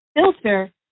filter